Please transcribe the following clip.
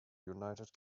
united